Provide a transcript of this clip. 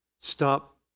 Stop